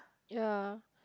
ya